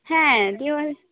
হ্যাঁ দেওয়াল